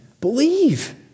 believe